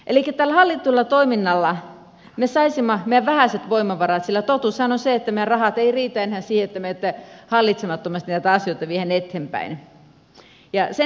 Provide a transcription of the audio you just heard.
elikkä tällä hallitulla toiminnalla me saisimme meidän vähäiset voimavaramme käyttöön sillä totuushan on se että meidän rahat eivät riitä enää siihen että me hallitsemattomasti näitä asioita viedään eteenpäin